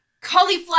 cauliflower